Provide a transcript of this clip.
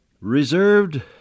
reserved